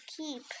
keep